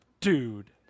Dude